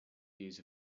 views